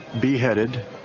beheaded